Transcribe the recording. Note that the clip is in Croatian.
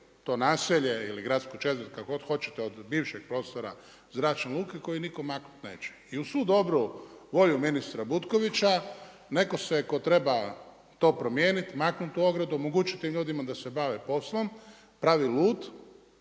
to naselje ili gradsku četvrt, kako god hoćete od bivšeg prostora zračne luke koju nitko maknuti neće. I uz svu dobru volju ministra Butkovića netko se tko treba to promijeniti, maknuti tu ogradu, omogućiti tim ljudima da se bave poslom, prave lud.